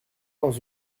dans